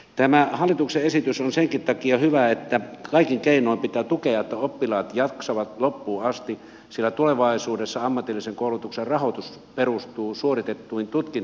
tämä hallituksen esitys on senkin takia hyvä että kaikin keinoin pitää tukea että oppilaat jaksavat loppuun asti sillä tulevaisuudessa ammatillisen koulutuksen rahoitus perustuu suoritettuihin tutkintoihin